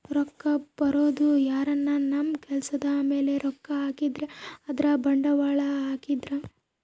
ರೊಕ್ಕ ಬರೋದು ಯಾರನ ನಮ್ ಕೆಲ್ಸದ್ ಮೇಲೆ ರೊಕ್ಕ ಹಾಕಿದ್ರೆ ಅಂದ್ರ ಬಂಡವಾಳ ಹಾಕಿದ್ರ